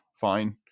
fine